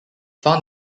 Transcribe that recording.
found